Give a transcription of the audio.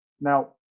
Now